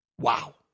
Wow